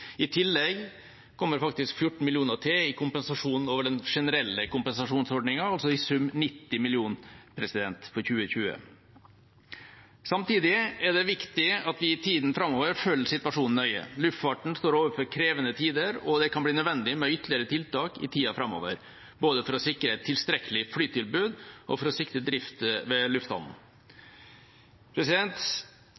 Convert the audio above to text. I tillegg kommer faktisk enda 14 mill. kr i kompensasjon over den generelle kompensasjonsordningen, altså i sum 90 mill. kr for 2020. Samtidig er det viktig at vi i tida framover følger situasjonen nøye. Luftfarten står overfor krevende tider, og det kan bli nødvendig med ytterligere tiltak i tida framover, både for å sikre et tilstrekkelig flytilbud og for å sikre drift ved